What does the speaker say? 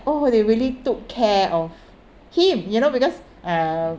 oh they really took care of him you know because uh